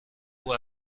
خوب